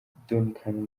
duncan